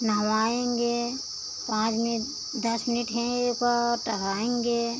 नहलाएँगे पाँच में दस मिनट हैं ओका टहलाएँगे